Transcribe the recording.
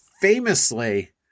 famously